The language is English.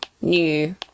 new